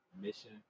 mission